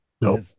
Nope